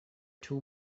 two